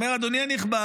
הוא אומר: אדוני הנכבד,